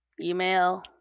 Email